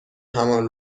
همان